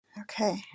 Okay